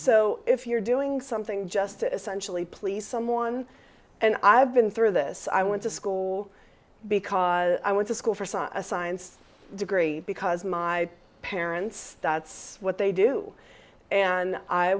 so if you're doing something just essentially please someone and i've been through this i went to school because i went to school for such a science degree because my parents that's what they do and i